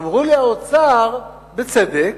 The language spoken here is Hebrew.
אמרו לי האוצר, בצדק: